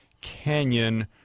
Canyon